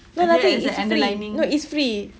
no nothing it's free no it's free